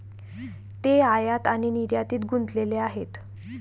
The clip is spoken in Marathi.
ते आयात आणि निर्यातीत गुंतलेले आहेत